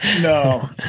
No